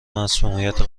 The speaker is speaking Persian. مصمومیت